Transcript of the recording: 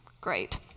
Great